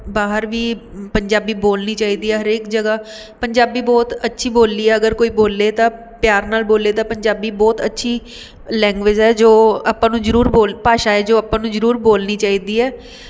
ਬਾਹਰ ਵੀ ਪੰਜਾਬੀ ਬੋਲਣੀ ਚਾਹੀਦੀ ਹੈ ਹਰੇਕ ਜਗ੍ਹਾ ਪੰਜਾਬੀ ਬਹੁਤ ਅੱਛੀ ਬੋਲੀ ਹੈ ਅਗਰ ਕੋਈ ਬੋਲੇ ਤਾਂ ਪਿਆਰ ਨਾਲ਼ ਬੋਲੇ ਤਾਂ ਪੰਜਾਬੀ ਬਹੁਤ ਅੱਛੀ ਲੈਂਗੁਏਜ਼ ਹੈ ਜੋ ਆਪਾਂ ਨੂੰ ਜ਼ਰੂਰ ਬੋਲਣੀ ਭਾਸ਼ਾ ਏ ਜੋ ਆਪਾਂ ਨੂੰ ਜ਼ਰੂਰ ਬੋਲਣੀ ਚਾਹੀਦੀ ਹੈ